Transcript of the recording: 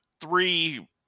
three